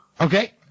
Okay